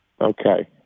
okay